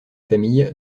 famille